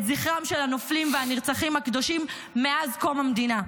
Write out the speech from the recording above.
את זכרם של הנופלים והנרצחים הקדושים מאז קום המדינה.